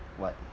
what